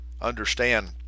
understand